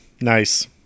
Nice